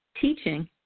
teaching